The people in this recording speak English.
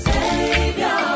Savior